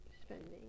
spending